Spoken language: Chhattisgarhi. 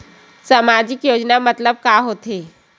सामजिक योजना मतलब का होथे?